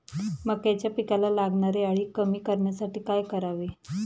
मक्याच्या पिकाला लागणारी अळी कमी करण्यासाठी काय करावे?